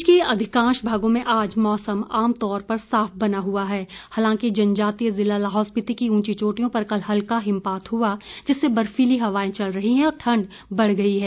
प्रदेश के अधिकांश भागों में आज मौसम आमतौर पर साफ बना हुआ है हालांकि जनजातीय जिला लाहौल स्पिति की ऊँची चोटियों पर कल हल्का हिमपात हुआ जिससे बर्फीली हवाएं चल रही है और ठंड बढ़ गई है